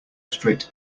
straight